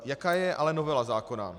Jaká je ale novela zákona?